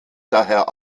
daher